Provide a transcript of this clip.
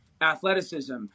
athleticism